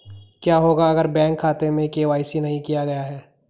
क्या होगा अगर बैंक खाते में के.वाई.सी नहीं किया गया है?